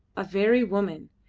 a very woman!